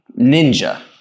ninja